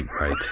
right